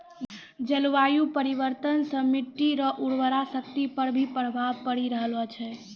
जलवायु परिवर्तन से मट्टी रो उर्वरा शक्ति पर भी प्रभाव पड़ी रहलो छै